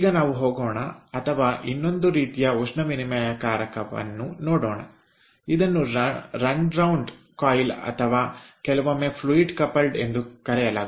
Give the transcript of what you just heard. ಈಗ ನಾವು ಹೋಗೋಣ ಅಥವಾ ಇನ್ನೊಂದು ರೀತಿಯ ಉಷ್ಣವಿನಿಮಯಕಾರಕವನ್ನು ನೋಡೋಣ ಇದನ್ನು ರನ್ರೌಂಡ್ ಕಾಯಿಲ್ ಅಥವಾ ಕೆಲವೊಮ್ಮೆ ಫ್ಲೂಯಿಡ್ ಕಪಲ್ಡ್ ಎಂದು ಕರೆಯಲಾಗುತ್ತದೆ